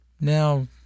Now